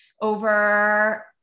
over